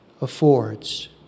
Affords